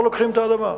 לא לוקחים את האדמה.